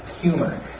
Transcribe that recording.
humor